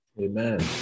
Amen